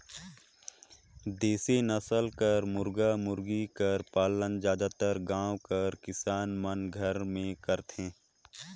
देसी नसल कर मुरगा मुरगी कर पालन जादातर गाँव कर किसान मन घरे में करथे